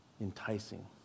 enticing